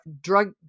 drug